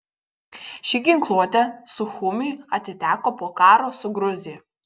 ši ginkluotė suchumiui atiteko po karo su gruzija